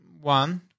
One